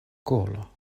kolo